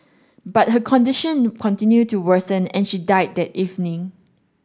but her condition continued to worsen and she died that evening